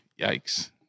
Yikes